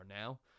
now